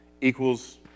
equals